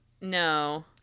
No